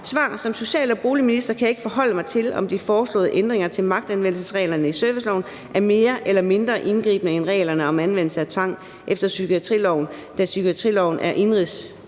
svaret: »Som social- og boligminister kan jeg ikke forholde mig til, om de foreslåede ændringer til magtanvendelsesreglerne i serviceloven er mere eller mindre indgribende end reglerne om anvendelse af tvang efter psykiatriloven, da psykiatriloven er indenrigs-